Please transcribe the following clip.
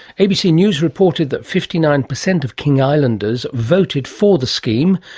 abc news reported that fifty nine percent of king islanders voted for the scheme,